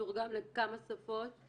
מתורגם לכמה שפות?